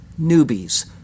newbies